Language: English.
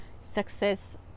success